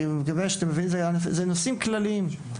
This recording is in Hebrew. אלה נושאים כלליים.